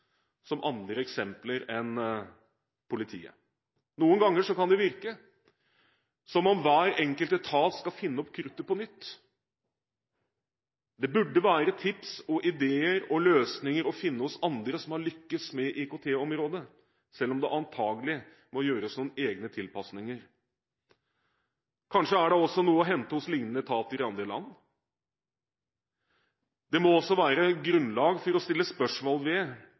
som andre eksempler enn politiet. Noen ganger kan det virke som om hver enkelt etat skal finne opp kruttet på nytt. Det burde være tips, idéer og løsninger å finne hos andre som har lyktes med IKT-området, selv om det antagelig må gjøres noen egne tilpasninger. Kanskje er det også noe å hente hos lignende etater i andre land. Det må også være grunnlag for å stille spørsmål ved